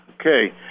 Okay